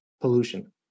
pollution